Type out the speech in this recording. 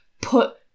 Put